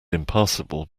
impassable